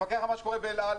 לפקח על מה שקורה באל-על,